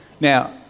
Now